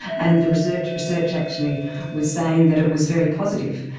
and the research research actually was saying that it was very positive,